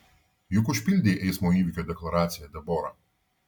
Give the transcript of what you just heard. juk užpildei eismo įvykio deklaraciją debora